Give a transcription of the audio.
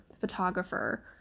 photographer